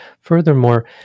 furthermore